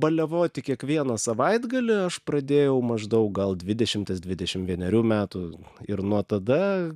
baliavoti kiekvieną savaitgalį aš pradėjau maždaug gal dvidešimties dvidešim vienerių metų ir nuo tada